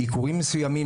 עיקורים מסוימים,